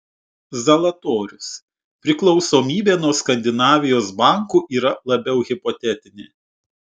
zalatorius priklausomybė nuo skandinavijos bankų yra labiau hipotetinė